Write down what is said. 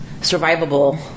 survivable